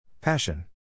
Passion